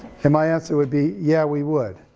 and my answer would be, yeah, we would.